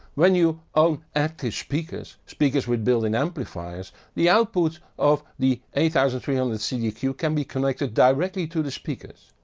when you own active speakers speakers with built-in amplifiers the output of the eight thousand two hundred cdq can be connected directly to the speakers.